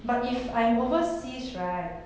but if I'm overseas right